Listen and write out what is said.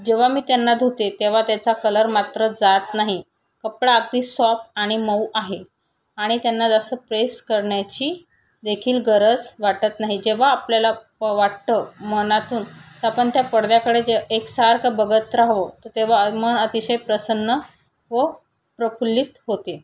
जेव्हा मी त्यांना धुते तेव्हा त्याचा कलर मात्र जात नाही कपडा अगदी सॉफ्ट आणि मऊ आहे आणि त्यांना जास्त प्रेस करण्याची देखील गरज वाटत नाही जेव्हा आपल्याला वाटतं मनातून आपण त्या पडद्याकडे जे एकसारखं बघत राहावं तर तेव्हा मन अतिशय प्रसन्न व प्रफुल्लित होते